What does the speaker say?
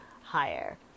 higher